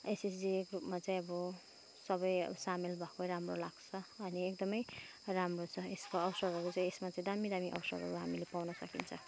SSG ग्रुपमा चाहिँ अब सबै सामेल भएकै राम्रो लाग्छ अनि एकदमै राम्रो छ यसको अवसरहरू चाहिँ यसमा चाहिँ दामी दामी अवसरहरू हामीले पाउन सकिन्छ